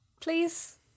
please